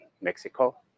Mexico